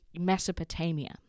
Mesopotamia